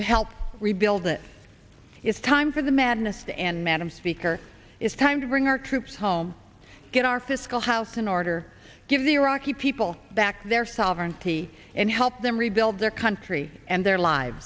to help rebuild it is time for the madness and madam speaker is time to bring our troops home get our fiscal house in order give the iraqi people back their sovereignty and help them rebuild their country and their lives